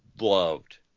loved